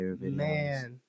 Man